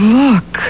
look